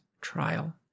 Trial